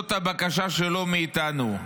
זאת הבקשה שלו מאיתנו.